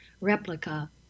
replica